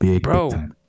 bro